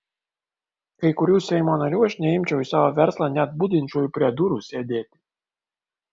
kai kurių seimo narių aš neimčiau į savo verslą net budinčiuoju prie durų sėdėti